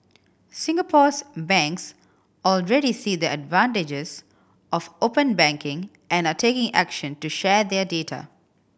Singapore's banks already see the advantages of open banking and are taking action to share their data